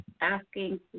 asking